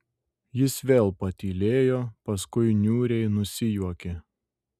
jis vėl patylėjo paskui niūriai nusijuokė